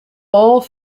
all